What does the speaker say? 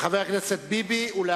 חבר הכנסת ביבי, בבקשה.